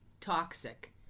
toxic